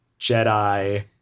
Jedi